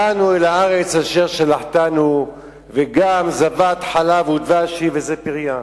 "באנו אל הארץ אשר שלחתנו וגם זבת חלב ודבש היא וזה פריה".